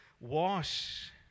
wash